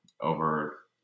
over